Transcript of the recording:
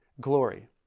glory